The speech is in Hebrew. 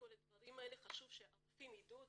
כל הדברים האלה חשוב שהרופאים ידעו אותם,